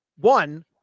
One